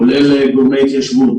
כולל גורמי ההתיישבות,